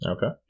Okay